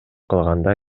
калганда